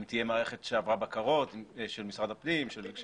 אם תהיה מערכת שעברה בקרות של משרד הפנים, של